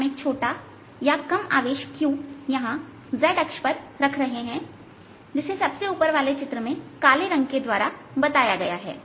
हम एक छोटा या कम आवेश q यहां z अक्ष पर रख रहे हैं जिसे सबसे ऊपर वाले चित्र में काले रंग के द्वारा बताया गया है